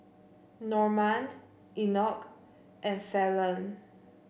Normand Enoch and Falon